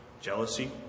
jealousy